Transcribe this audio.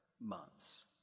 months